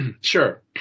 Sure